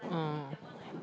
oh